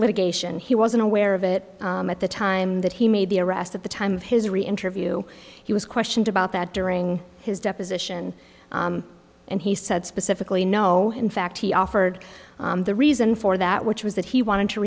litigation he wasn't aware of it at the time that he made the arrest at the time of his re interview he was questioned about that during his deposition and he said specifically no in fact he offered the reason for that which was that he wanted to